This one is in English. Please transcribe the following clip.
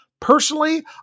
Personally